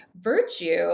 virtue